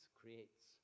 creates